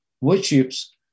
worships